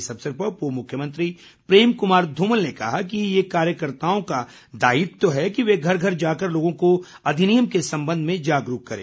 इस अवसर पर पूर्व मुख्यमंत्री प्रेम कुमार धूमल ने कहा कि ये कार्यकर्ताओं का दायित्व है कि वे घर घर जाकर लोगों को अधिनियम के संबंध में जागरूक करें